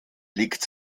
liegt